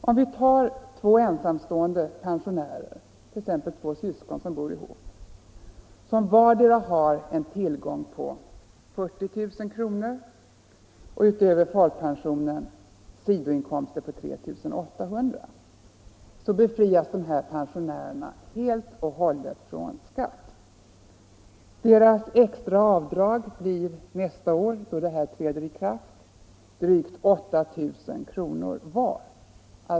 Låt oss ta två ensamstående folkpensionärer, t.ex. två syskon som bor tillsammans och som vardera har en tillgång på 40 000 kr. och utöver folkpensionen en sidoinkomst på 3 800 kr. Dessa pensionärer befrias helt från skatt. Deras extra avdrag blir nästa år drygt 8 000 kr. var.